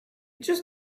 just